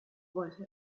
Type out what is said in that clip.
wollte